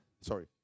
sorry